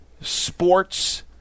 sports